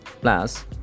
plus